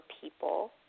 people